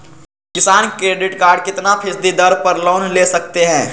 किसान credit card कितना फीसदी दर पर लोन ले सकते हैं?